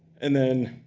and then,